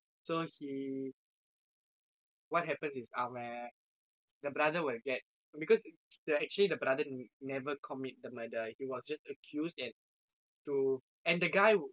so he what happens is அவன்:avan the brother will get because the actually the brother never commit the murder he was just accused and to and the guy